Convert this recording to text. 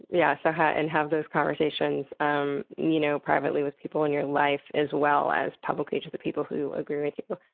yeah so have and have those conversations um you know privately with people in your life as well as publicly to the people who agree with you. but